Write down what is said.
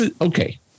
Okay